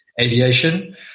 aviation